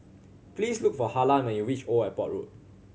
please look for Harlan when you reach Old Airport Road